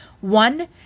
One